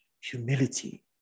humility